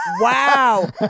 wow